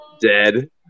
Dead